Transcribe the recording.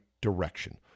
direction